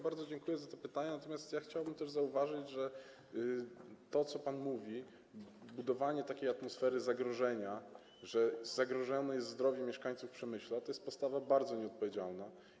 Bardzo dziękuję za te pytania, natomiast chciałbym też zauważyć, że to, co pan mówi, budowanie takiej atmosfery zagrożenia, mówienie, że zagrożone jest zdrowie mieszkańców Przemyśla, to jest postawa bardzo nieodpowiedzialna.